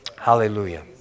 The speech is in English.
hallelujah